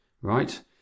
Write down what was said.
right